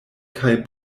kaj